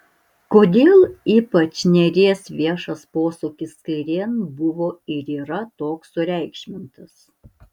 kodėl ypač nėries viešas posūkis kairėn buvo ir yra toks sureikšmintas